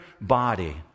body